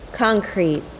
Concrete